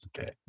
okay